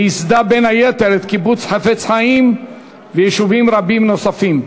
וייסדה בין היתר את קיבוץ חפץ-חיים ויישובים רבים נוספים.